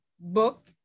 book